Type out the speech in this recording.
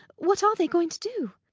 what are they going to do?